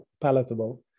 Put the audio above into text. palatable